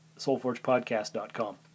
soulforgepodcast.com